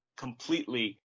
completely